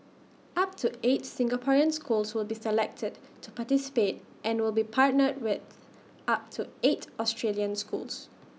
up to eight Singaporean schools will be selected to participate and will be partnered with up to eight Australian schools